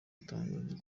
gutangaza